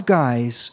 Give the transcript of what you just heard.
guys